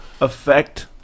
effect